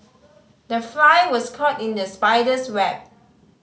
the fly was caught in the spider's web